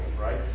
right